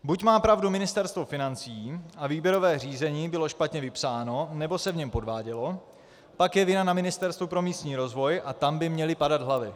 Buď má pravdu Ministerstvo financí a výběrové řízení bylo špatně vypsáno, nebo se v něm podvádělo, pak je vina na Ministerstvu pro místní rozvoj a tam by měly padat hlavy.